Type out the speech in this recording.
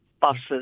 buses